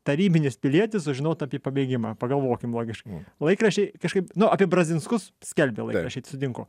tarybinis pilietis sužinot apie pabėgimą pagalvokim logiškai laikraščiai kažkaip nu apie brazinskus skelbė laikraščiai sutinku